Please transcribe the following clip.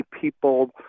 people